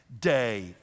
day